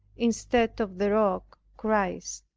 instead of the rock christ.